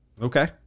Okay